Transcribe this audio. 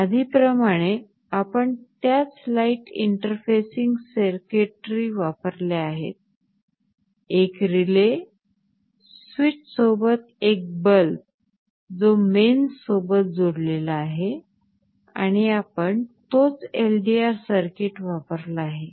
आधी प्रमाणे आपण त्याच लाईट इंटरफेसिंग सर्किटरी वापरल्या आहेत एक रिले स्वीच सोबत एक बल्ब जो मेन्स सोबत जोडलेला आहे आणि आपण तोच LDR सर्किट वापरला आहे